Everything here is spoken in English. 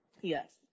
yes